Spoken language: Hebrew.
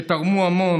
שתרמו המון,